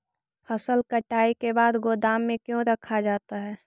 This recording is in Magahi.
फसल कटाई के बाद गोदाम में क्यों रखा जाता है?